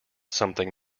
something